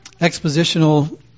expositional